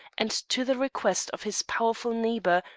and to the request of his powerful neighbour,